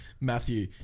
Matthew